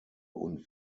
und